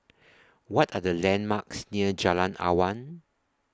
What Are The landmarks near Jalan Awan